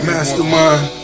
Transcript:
Mastermind